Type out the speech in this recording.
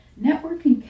networking